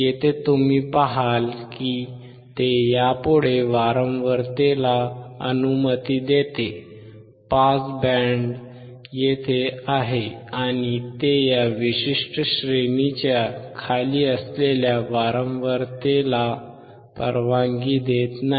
येथे तुम्ही पहाल की ते यापुढे वारंवारतेला अनुमती देते पास बँड येथे आहे आणि ते या विशिष्ट श्रेणीच्या खाली असलेल्या वारंवारतेला परवानगी देत नाही